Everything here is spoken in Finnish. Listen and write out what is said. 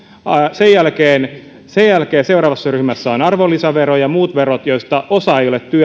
sen jälkeen sen jälkeen seuraavassa ryhmässä ovat arvonlisävero ja muut verot joista osa ei ole